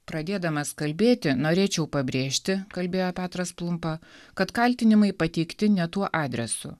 pradėdamas kalbėti norėčiau pabrėžti kalbėjo petras plumpa kad kaltinimai pateikti ne tuo adresu